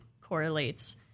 correlates